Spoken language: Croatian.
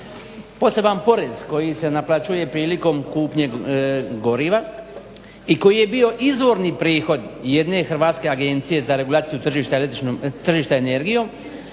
poseban porez koji se naplaćuje prilikom kupnje goriva i koji je bio izvorni prihod jedne hrvatske Agencije za regulaciju tržišta energijom.